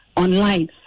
online